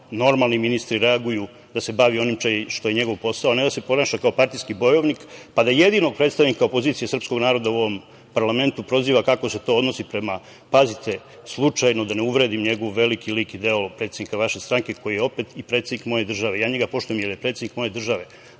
normalni ministri reaguju, da se bavi onim što je njegov posao, a ne da se ponaša kao partijski bojovnik, pa da jedino predstavnik opozicije srpskog naroda u ovom parlamentu proziva kako se to odnosi prema, pazite, slučajno da ne uvredim njegov veliki lik i delo, predsednika vaše stranke, koji je opet i predsednik moje države. Ja njega poštujem jer je predsednik moje države,